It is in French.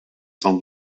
sans